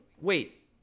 wait